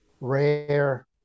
rare